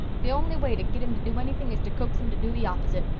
the only way to git him to do anything is to coax him to do the opposite.